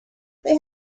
they